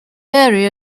area